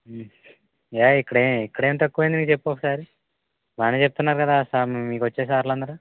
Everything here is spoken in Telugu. ఏం ఇక్కడేం ఇక్కడేం తక్కువ అయ్యింది నువ్వు చెప్పు ఒకసారి బాగానే చెప్తున్నారు కదా సా మీకు వచ్చే సార్లు అందరూ